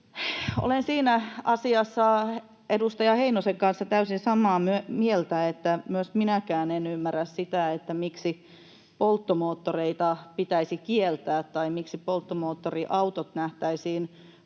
Olen siinä asiassa edustaja Heinosen kanssa täysin samaa mieltä, että minäkään en ymmärrä sitä, miksi polttomoottoreita pitäisi kieltää tai miksi polttomoottoriautot nähtäisiin